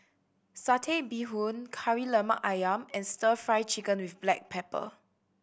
Satay Bee Hoon Kari Lemak Ayam and Stir Fry Chicken with black pepper